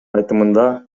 айтымында